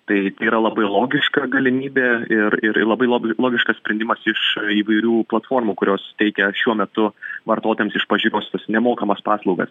tai tai yra labai logiška galimybė ir ir labai lab logiškas sprendimas iš įvairių platformų kurios suteikia šiuo metu vartotojams iš pažiūros tas nemokamas paslaugas